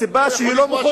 הסיבה היא שהיא לא מוכנה.